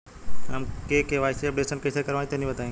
हम KYC updation कइसे करवाई तनि बताई?